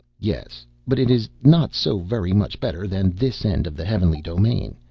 yes, but it is not so very much better than this end of the heavenly domain.